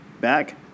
Back